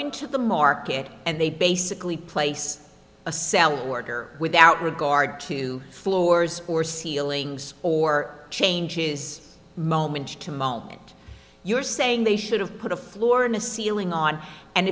into the market and they basically place a sale order without regard to floors or ceilings or changes moment to moment you're saying they should have put a floor in a ceiling on and